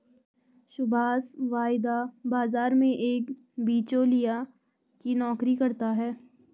सुभाष वायदा बाजार में एक बीचोलिया की नौकरी करता है